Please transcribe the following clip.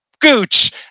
gooch